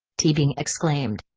teabing exclaimed.